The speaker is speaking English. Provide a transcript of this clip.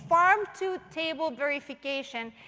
farm to table verification.